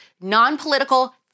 non-political